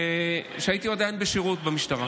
כשעדיין הייתי בשירות במשטרה,